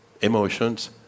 emotions